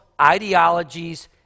ideologies